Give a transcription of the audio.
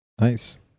Nice